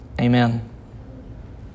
amen